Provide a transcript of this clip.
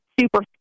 super